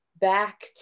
Back